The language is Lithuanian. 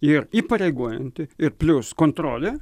ir įpareigojanti ir plius kontrolė